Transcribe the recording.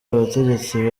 abategetsi